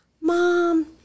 Mom